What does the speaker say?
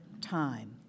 time